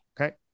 okay